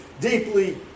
deeply